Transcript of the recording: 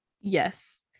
Yes